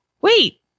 Wait